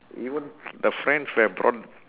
even the friends who I've brought